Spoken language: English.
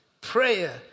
Prayer